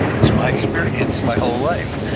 it's my experience my whole life,